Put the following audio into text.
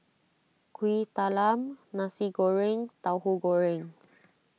Kuih Talam Nasi Goreng and Tauhu Goreng